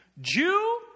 Jew